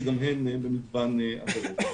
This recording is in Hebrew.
שגם הן במגוון עבירות.